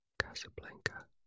Casablanca